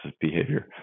behavior